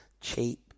cheap